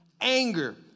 anger